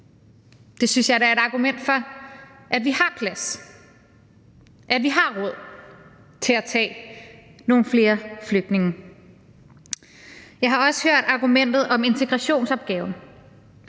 Det synes jeg da er et argument for, at vi har plads, at vi har råd til at tage nogle flere flygtninge. Jeg har også hørt argumentet om integrationsopgaven.